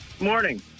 Morning